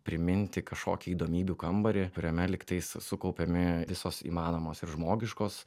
priminti kažkokį įdomybių kambarį kuriame lygtais sukaupiami visos įmanomos ir žmogiškos